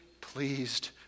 pleased